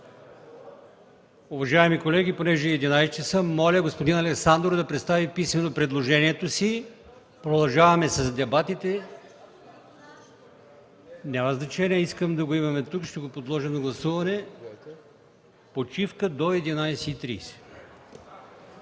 Почивка до 11,30